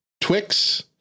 Twix